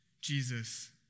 Jesus